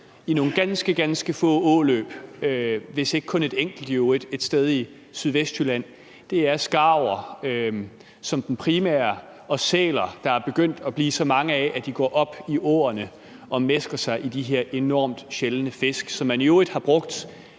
ganske, ganske få åløb, hvis ikke kun et enkelt, i øvrigt et sted i Sydvestjylland – skarver som den primære og sæler, som der er begyndt at blive så mange af, at de går op i åerne og mæsker sig i de her enormt sjældne fisk, som man i øvrigt både